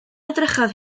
edrychodd